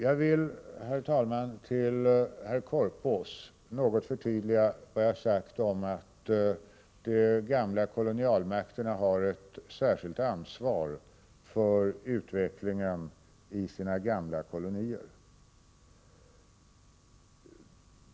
Jag vill, herr talman, till herr Korpås något förtydliga vad jag har sagt om att de gamla kolonialmakterna har ett särskilt ansvar för utvecklingen i sina före detta kolonier.